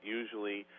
usually